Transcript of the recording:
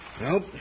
Nope